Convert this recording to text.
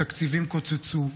התקציבים קוצצו,